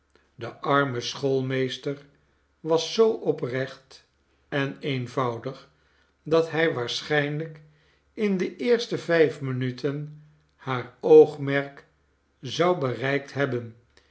de arme schoolmeester was zoo oprecht en eenvoudig dat zij waarsclujnlijk in de eerste vijf minuten haar oogmerk zou bereikt hebben